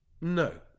No